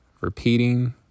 repeating